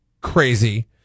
crazy